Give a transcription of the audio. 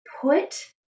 put